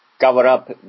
cover-up